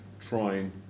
trying